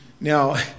Now